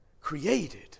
Created